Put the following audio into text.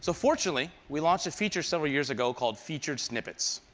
so fortunately, we launched a feature several years ago called featured snippets.